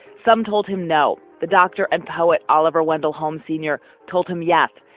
some told him no. the doctor and poet oliver wendell holmes senior told him yes,